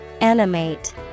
Animate